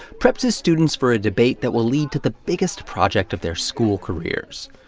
preps his students for a debate that will lead to the biggest project of their school careers.